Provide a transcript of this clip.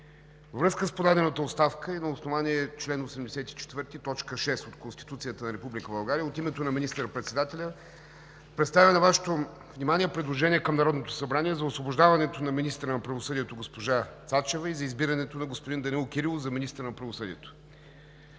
Във връзка с подадената оставка и на основание чл. 84, т. 6 от Конституцията на Република България, от името на министър-председателя представям на Вашето внимание предложение към Народното събрание за освобождаването на министъра на правосъдието госпожа Цачева и за избирането на господин Данаил Кирилов за министър на правосъдието.